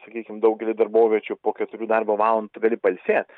sakykim daugely darboviečių po keturių darbo valandų tu gali pailsėt